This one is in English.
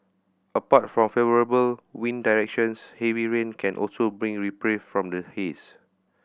apart from favourable wind directions heavy rain can also bring reprieve from the haze